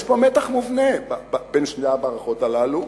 יש פה מתח מובנה בין שתי המערכות הללו,